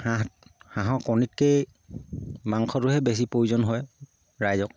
হাঁহ হাঁহৰ কণীতকৈয়ে মাংসটোহে বেছি প্ৰয়োজন হয় ৰাইজক